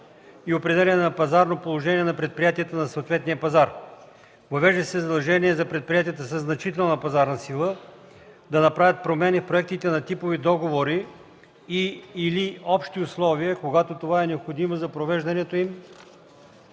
и определяне на пазарно положение на предприятията на съответния пазар. Въвежда се задължение за предприятията със „значителна пазарна сила” да направят промени в проектите на типови договори и/или общи условия, когато това е необходимо за привеждането им